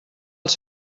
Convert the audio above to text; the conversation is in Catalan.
els